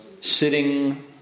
sitting